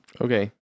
Okay